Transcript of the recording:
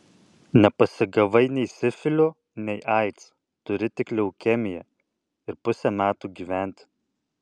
nepasigavai nei sifilio nei aids turi tik leukemiją ir pusę metų gyventi